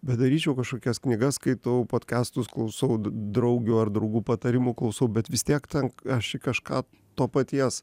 bedaryčiau kažkokias knygas skaitau podkastus klausau draugių ar draugų patarimų klausau bet vis tiek ten aš į kažką to paties